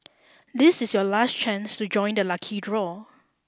this is your last chance to join the lucky draw